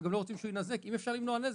אנחנו לא רוצים שהוא יינזק אם אפשר למנוע נזק.